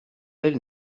elle